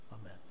Amen